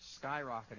skyrocketing